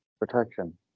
Protection